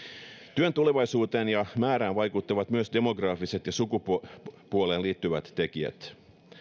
työn tulevaisuuteen ja määrään vaikuttavat myös demografiset ja sukupuoleen liittyvät tekijät